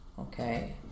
okay